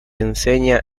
enseña